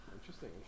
interesting